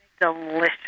delicious